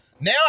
Now